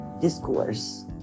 Discourse